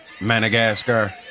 Madagascar